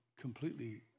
completely